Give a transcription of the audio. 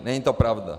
Není to pravda.